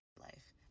life